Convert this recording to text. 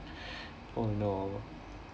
oh no